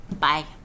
Bye